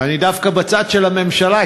אני דווקא בצד של הממשלה,